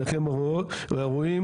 עיניכם רואות,